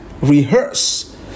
rehearse